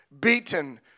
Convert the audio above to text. beaten